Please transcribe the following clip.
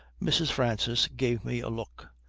mrs. francis gave me a look,